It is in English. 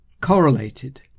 correlated